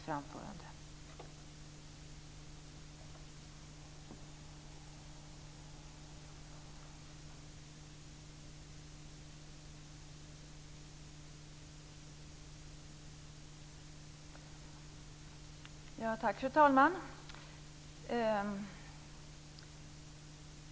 Fru talman!